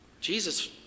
Jesus